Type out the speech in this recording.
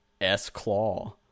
S-Claw